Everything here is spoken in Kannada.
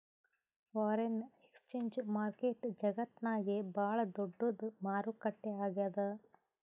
ಫಾರೆನ್ ಎಕ್ಸ್ಚೇಂಜ್ ಮಾರ್ಕೆಟ್ ಜಗತ್ತ್ನಾಗೆ ಭಾಳ್ ದೊಡ್ಡದ್ ಮಾರುಕಟ್ಟೆ ಆಗ್ಯಾದ